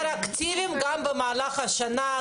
יותר אקטיביים גם במהלך השנה,